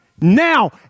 now